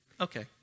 Okay